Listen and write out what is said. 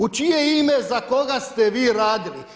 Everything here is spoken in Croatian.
U čije ime, za koga ste vi radili?